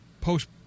post